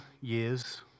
years